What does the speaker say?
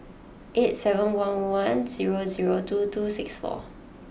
eight seven one one zero zero two two six four